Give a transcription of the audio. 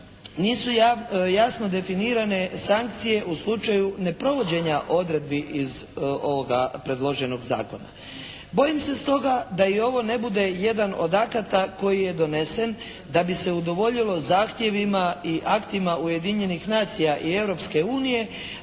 nisu jasno definirane sankcije u slučaju neprovođenja odredbi iz ovoga predloženog zakona. Bojim se stoga da i ovo ne bude jedan od akata koji je donesen da bi su udovoljilo zahtjevima i aktima Ujedinjenih nacija i